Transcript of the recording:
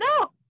No